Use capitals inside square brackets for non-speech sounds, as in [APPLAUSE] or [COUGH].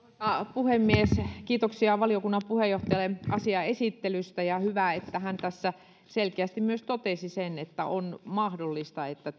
puhemies kiitoksia valiokunnan puheenjohtajalle asian esittelystä hyvä että hän tässä selkeästi myös totesi sen että on mahdollista että [UNINTELLIGIBLE]